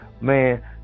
Man